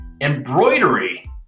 Embroidery